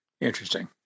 Interesting